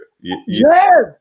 Yes